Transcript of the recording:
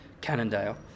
Cannondale